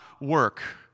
work